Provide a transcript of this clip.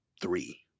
three